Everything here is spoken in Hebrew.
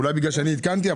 אולי בגלל שאני עדכנתי,